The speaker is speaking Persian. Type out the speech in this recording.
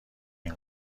این